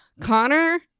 Connor